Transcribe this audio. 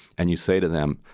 and you say to them,